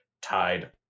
tied